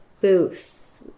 booth